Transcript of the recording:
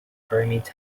pyramids